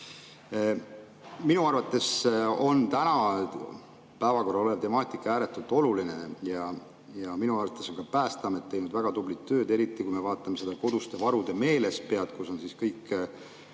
arvates on täna päevakorral olev temaatika ääretult oluline. Ja minu arvates on Päästeamet teinud väga tublit tööd, eriti kui me vaatame seda koduste varude meelespead, kus on kõik